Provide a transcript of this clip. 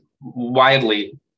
widely